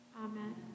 Amen